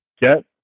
Get